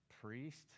priest